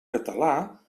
català